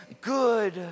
good